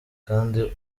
kandi